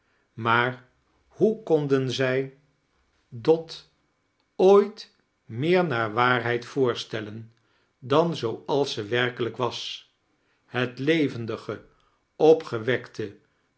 maar hoe konden zij dot ooit meer naar waarheid voorstellesi dan zooala zij werkelijk was het levendige opgewekte